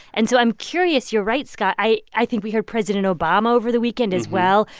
and so i'm curious you're right, scott. i i think we heard president obama over the weekend, as well,